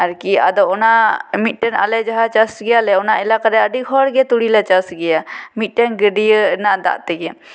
ᱟᱨᱠᱤ ᱟᱫᱚ ᱚᱱᱟ ᱢᱤᱫᱴᱮᱱ ᱟᱞᱮ ᱡᱟᱦᱟᱸ ᱪᱟᱥ ᱜᱮᱭᱟᱞᱮ ᱚᱱᱟ ᱮᱞᱮᱠᱟᱨᱮ ᱟᱹᱰᱤ ᱦᱚᱲ ᱜᱮ ᱛᱩᱲᱤ ᱞᱮ ᱪᱟᱥ ᱜᱮᱭᱟ ᱢᱤᱫᱴᱮᱱ ᱜᱟᱹᱰᱭᱟᱹ ᱨᱮᱱᱟᱜ ᱫᱟᱜ ᱛᱮᱜᱮ